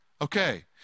Okay